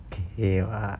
okay lah